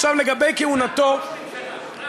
רק, עכשיו, לגבי כהונתו, רק ראש ממשלה.